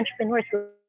entrepreneurs